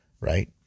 right